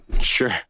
Sure